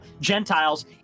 Gentiles